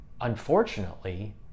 unfortunately